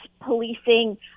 policing